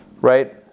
Right